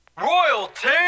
Royalty